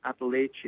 Appalachia